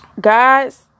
guys